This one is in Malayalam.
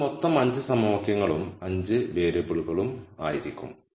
അത് മൊത്തം 5 സമവാക്യങ്ങളും 5 വേരിയബിളുകളും ആയിരിക്കും